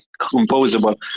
composable